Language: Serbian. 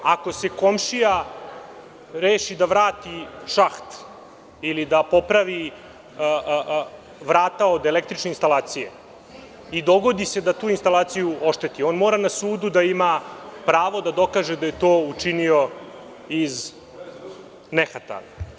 Ako komšija reši da vrati šaht ili da popravi vrata od električne instalacije i dogodi se da tu instalaciju ošteti, on mora na sudu da ima pravo da dokaže da je to učinio iz nehata.